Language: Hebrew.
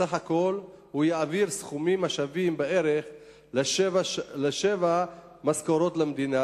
סך הכול הוא יעביר סכומים השווים בערך לשבע משכורות למדינה,